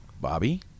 Bobby